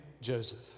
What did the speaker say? Joseph